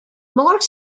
more